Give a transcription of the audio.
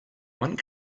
one